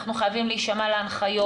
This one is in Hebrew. אנחנו חייבים להישמע להנחיות.